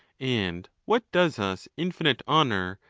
and what does us infinite honour,